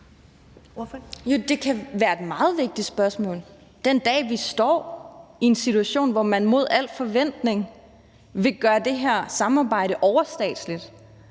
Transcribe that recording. Det kan være et meget vigtigt spørgsmål, den dag vi står i en situation, hvor man mod al forventning vil gøre det her samarbejde overstatsligt